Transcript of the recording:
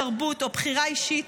תרבות או בחירה אישית,